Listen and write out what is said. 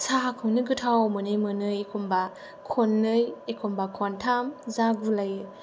साहाखौनो गोथाव मोनै मोनै एखमब्ला खननै एखमब्ला खनथाम जागुलायो